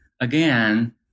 again